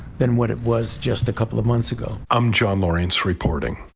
than what it was just a couple of months ago, i'm john lawrence reporting.